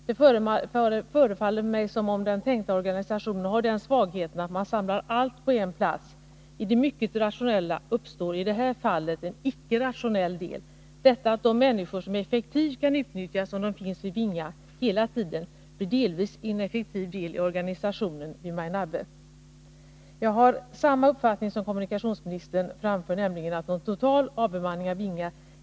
Det förefaller mig som om den tänkta organisationen har den svagheten att man samlar allt på en plats. I det mycket rationella uppstår i det här fallet en icke rationell del. Detta att människor effektivt kan utnyttjas, om de finns vid Vinga hela tiden, blir delvis en ineffektiv del av organisationen vid Majnabbe. Jag har samma uppfattning som den som kommunikationsministern framförde, nämligen den att det inte är tal om någon total avbemanning av Vinga.